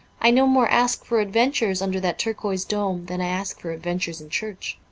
i no more ask for adventures under that turquoise dome than i ask for adventures in church.